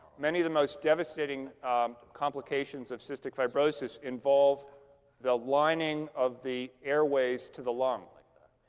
many of the most devastating complications of cystic fibrosis involve the lining of the airways to the lung. like